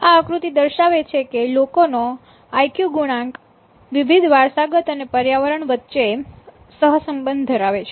આ આકૃતિ દર્શાવે છે કે લોકોનો આઈક્યુ ગુણાંક વિવિધ વારસાગત અને પર્યાવરણ વચ્ચે સહસંબંધ ધરાવે છે